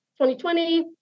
2020